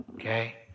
Okay